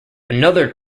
another